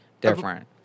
different